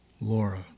Laura